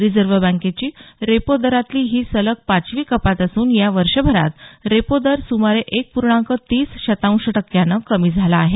reserve बँकेची repo दरातली ही सलग पाचवी कपात असून या वर्षभरात रेपो दर सुमारे एक पूर्णांक तीस शतांश टक्क्यानं कमी झाला आहे